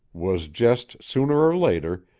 was just, sooner or later,